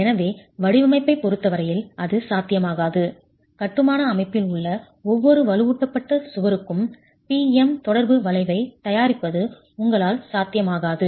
எனவே வடிவமைப்பைப் பொறுத்த வரையில் அது சாத்தியமாகாது கட்டுமான அமைப்பில் உள்ள ஒவ்வொரு வலுவூட்டப்பட்ட சுவருக்கும் P M தொடர்பு வளைவைத் தயாரிப்பது உங்களால் சாத்தியமாகாது